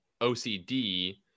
OCD